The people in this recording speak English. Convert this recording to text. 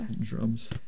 drums